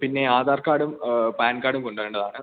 പിന്നെ ആധാർ കാഡും പാൻ കാഡും കൊണ്ടുവരേണ്ടതാണ്